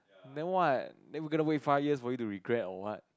then what then we gonna wait five years for you to regret or what